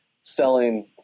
selling